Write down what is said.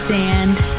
sand